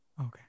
Okay